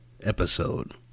episode